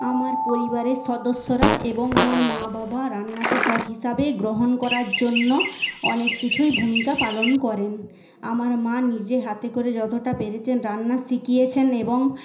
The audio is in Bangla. আমার পরিবারের সদস্যরা এবং আমার মা বাবা রান্নাকে শখ হিসাবে গ্রহণ করার জন্য অনেক কিছুই ভূমিকা পালন করেন আমার মা নিজে হাতে করে যতটা পেরেছেন রান্না শিখিয়েছেন এবং